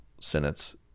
sentence